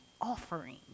offering